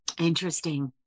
Interesting